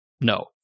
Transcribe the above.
No